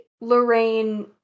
Lorraine